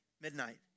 Midnight